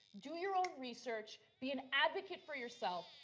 do your own research, be an advocate for yourself,